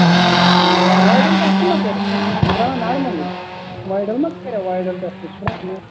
اَچھا ٹھیٖک وایرَل ٹیٚسٹہٕ ما کٔروٕ تۄہہِ سُہ درٛاوا نارمَلٕے وایرَل ما کریٚوو وایرَل ٹیٚسٹہٕ سُہ درٛاوا نار